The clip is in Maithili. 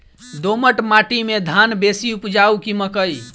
दोमट माटि मे धान बेसी उपजाउ की मकई?